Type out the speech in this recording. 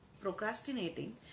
procrastinating